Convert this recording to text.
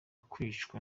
kwicwa